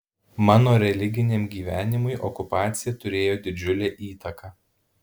mano religiniam gyvenimui okupacija turėjo didžiulę įtaką